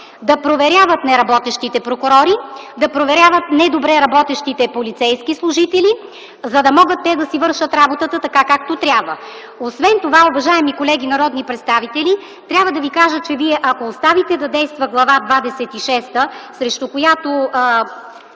да проверяват неработещите прокурори, да проверяват недобре работещите полицейски служители, за да могат те да си вършат работата така, както трябва. Освен това, уважаеми колеги народни представители, трябва да ви кажа, че ако оставите да действа Глава двадесет